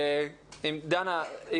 ד"ר דנה פרידמן,